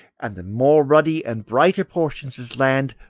and the more ruddy and brighter portions as land,